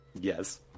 Yes